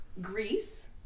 Greece